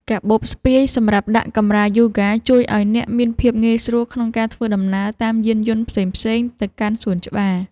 កាបូបស្ពាយសម្រាប់ដាក់កម្រាលយូហ្គាជួយឱ្យអ្នកមានភាពងាយស្រួលក្នុងការធ្វើដំណើរតាមយានយន្ដផ្សេងៗទៅកាន់សួនច្បារ។